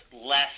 less